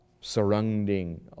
surrounding